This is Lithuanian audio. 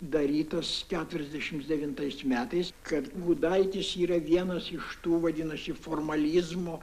darytas keturiasdešims devintais metais kad gudaitis yra vienas iš tų vadinasi formalizmo